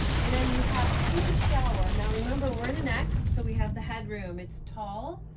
and then you have a huge shower, now remember we're in an x, so we have the headroom it's tall,